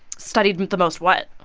studied the most what?